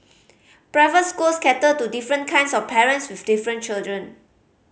private schools cater to different kinds of parents with different children